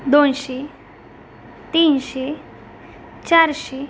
दोनशे तीनशे चारशे